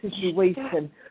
situation